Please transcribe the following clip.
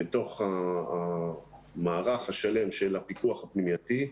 בתוך המערך השלם של הפיקוח הפנימייתי.